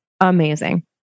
amazing